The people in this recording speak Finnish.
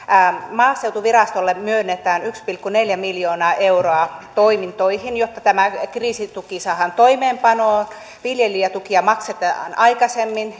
maaseutuvirastolle myönnetään yksi pilkku neljä miljoonaa euroa toimintoihin jotta tämä kriisituki saadaan toimeenpanoon viljelijätukia maksetaan aikaisemmin